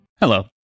Hello